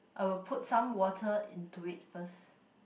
I will put some water into it first